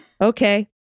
Okay